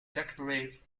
decorate